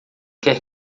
quer